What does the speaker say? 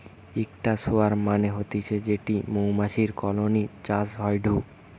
ইকটা সোয়ার্ম মানে হতিছে যেটি মৌমাছির কলোনি চাষ হয়ঢু